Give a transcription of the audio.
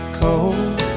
cold